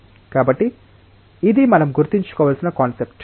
కాబట్టి ఇది మనం గుర్తుంచుకోవలసిన కాన్సెప్ట్